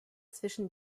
zwischen